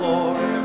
Lord